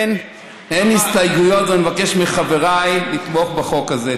אין הסתייגויות, ואני מבקש מחבריי לתמוך בחוק הזה.